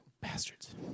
Bastards